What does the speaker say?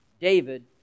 David